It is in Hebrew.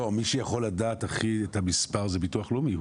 לא, מי שיכול לדעת הכי את המספר, זה ביטוח לאומי.